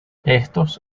estos